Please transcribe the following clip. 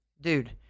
dude